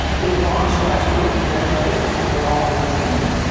big launch last week. congratulations to you-all and the team.